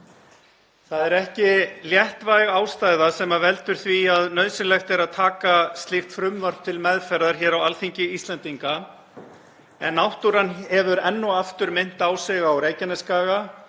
Það er ekki léttvæg ástæða sem veldur því að nauðsynlegt er að taka slíkt frumvarp til meðferðar hér á Alþingi Íslendinga en náttúran hefur enn og aftur minnt á sig á Reykjanesskaga